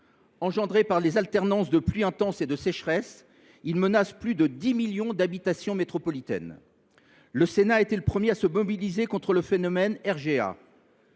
Engendré par les alternances de pluies intenses et de sécheresses, il menace plus de dix millions d’habitations métropolitaines. Le Sénat a été le premier à se mobiliser contre les RGA.